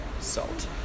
Salt